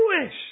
Jewish